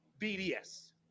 BDS